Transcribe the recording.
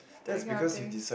that kind of thing